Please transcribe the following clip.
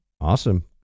Awesome